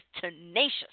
tenacious